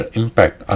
impact